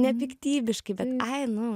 nepiktybiškai ai nu